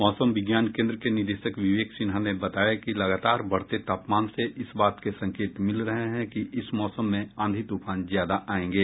मौसम विज्ञान केन्द्र के निदेशक विवेक सिन्हा ने बताया कि लगातार बढ़ते तापामन से इस बात के संकेत मिल रहे हैं कि इस मौसम में आंधी तूफान ज्यादा आयेंगे